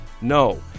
No